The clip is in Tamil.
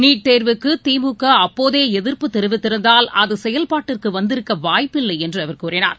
நீட் தேர்வுக்குதிமுகஅப்போதேஎதிர்ப்பு தெரிவித்திருந்தால் அதுசெயல்பாட்டிற்குவந்திருக்கவாய்ப்பில்லைஎன்றுகூறினார்